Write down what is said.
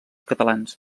catalans